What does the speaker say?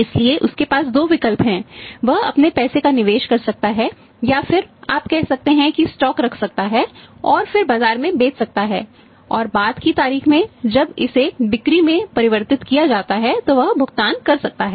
इसलिए उसके पास दो विकल्प हैं वह अपने पैसे का निवेश कर सकता है या फिर आप कह सकते हैं कि स्टॉक रख सकता है और फिर बाजार में बेच सकता है और बाद की तारीख में जब इसे बिक्री में परिवर्तित किया जाता है तो वह भुगतान कर सकता है